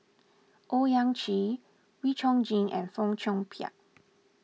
Owyang Chi Wee Chong Jin and Fong Chong Pik